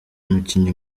umukinyi